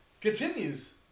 Continues